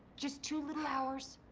just two little hours.